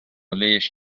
لهش